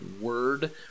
Word